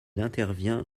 intervient